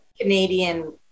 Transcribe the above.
Canadian